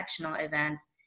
events